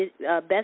Best